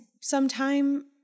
sometime